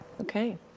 Okay